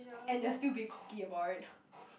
and they're still being cocky about it